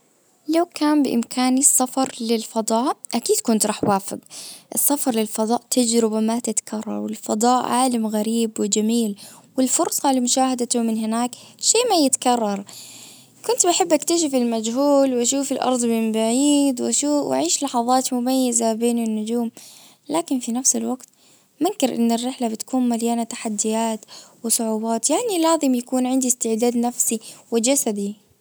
لو كان بامكاني السفر للفضاء اكيد كنت راح وافق. السفر للفضاء تجربة ما تتكرر. والفضاء عالم غريب وجميل. والفرصة لمشاهدته من هناك. شيء ما يتكرر. كنت بحب أكتشف المجهول واشوف الارض من بعيد واشوف وأعيش لحظات مميزة بين النجوم لكن في نفس الوقت ما أنكر ان الرحلة بتكون مليانة تحديات وصعوبات يعني لازم يكون عندي استعداد نفسي وجسدي.